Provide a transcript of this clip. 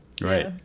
Right